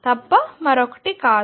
తప్ప మరొకటి కాదు